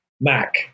Mac